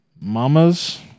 Mamas